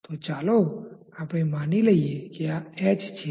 તો ચાલો આપણે માની લઇએ કે આ h છે